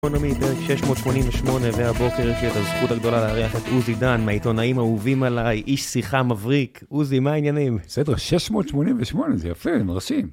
קונומי ברק 688, והבוקר יש לי את הזכות הגדולה להריח את עוזי דן, מהעיתונאים אהובים עליי, איש שיחה מבריק, עוזי, מה העניינים? בסדר, 688, זה יפה, מרשים.